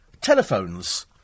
telephones